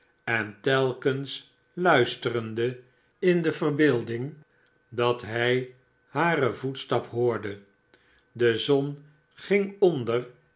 en telkens luisterende in de ver beelding dat hij hare voetstap hoorde de zon ging onder